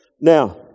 Now